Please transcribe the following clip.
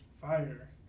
Fire